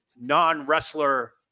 non-wrestler